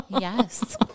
yes